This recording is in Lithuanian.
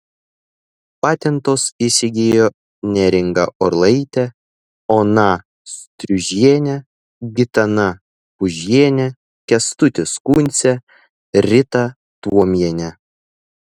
patentus įsigijo neringa orlaitė ona striužienė gitana pužienė kęstutis kuncė rita tuomienė